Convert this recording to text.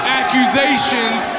accusations